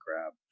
crab